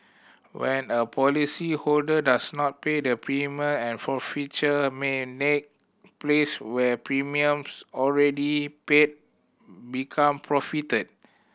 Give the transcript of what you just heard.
when a policyholder does not pay the premium and forfeiture may place where premiums already paid become forfeited